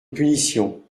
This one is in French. punition